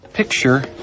picture